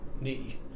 knee